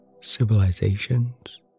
civilizations